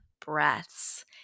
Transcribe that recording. breaths